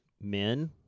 Men